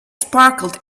sparkled